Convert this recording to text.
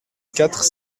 quatre